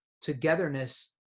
togetherness